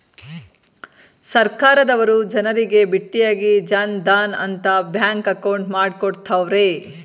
ಸರ್ಕಾರದವರು ಜನರಿಗೆ ಬಿಟ್ಟಿಯಾಗಿ ಜನ್ ಧನ್ ಅಂತ ಬ್ಯಾಂಕ್ ಅಕೌಂಟ್ ಮಾಡ್ಕೊಡ್ತ್ತವ್ರೆ